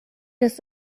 des